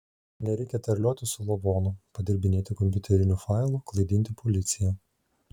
nereikia terliotis su lavonu padirbinėti kompiuterinių failų klaidinti policiją